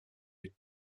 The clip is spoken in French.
est